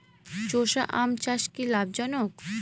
চোষা আম চাষ কি লাভজনক?